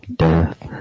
death